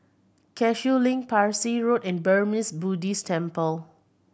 Cashew Link Parsi Road and Burmese Buddhist Temple